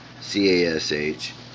C-A-S-H